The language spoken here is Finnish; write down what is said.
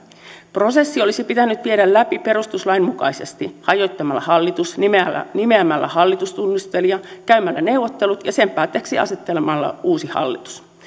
prosessi olisi pitänyt viedä läpi perustuslain mukaisesti hajottamalla hallitus nimeämällä nimeämällä hallitustunnustelija käymällä neuvottelut ja sen päätteeksi asettamalla uusi hallitus